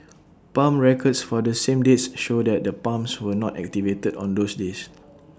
pump records for the same dates show that the pumps were not activated on those days